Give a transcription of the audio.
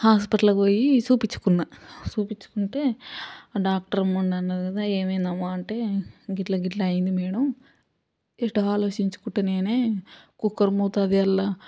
హాస్పిటల్కి పోయి చూపించుకున్నా చూపించుకుంటే డాక్టరమ్మ అన్నది ఏమైందమ్మా అంటే గిట్ల గిట్ల అయింది మేడం ఎటో ఆలోచిచ్చుకుంటా నేనే కుక్కర్ మూతది అల్లా